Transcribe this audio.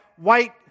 white